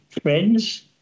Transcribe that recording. friends